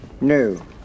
No